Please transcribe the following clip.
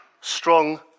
Strong